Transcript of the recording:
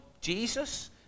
Jesus